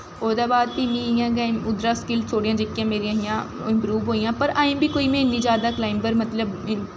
ओह्दै बाद फ्ही में उद्धरा दा गै स्किल जेह्कियां मेरियां हां इंप्रूब होइयां पर अज्जें बी में इन्नी जैदा कलाईंबिंग मतलब